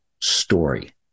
story